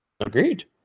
agreed